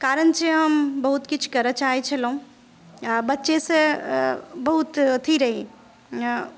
कारण छै हम बहुत किछु करय चाहै छलहुॅं आ बच्चे सॅं बहुत अथी रही